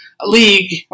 league